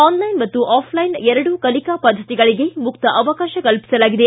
online ಮತ್ತು offline ಎರಡೂ ಕಲಿಕಾ ಪದ್ದತಿಗಳಿಗೆ ಮುಕ್ತ ಅವಕಾಶ ಕಲ್ಪಿಸಲಾಗಿದೆ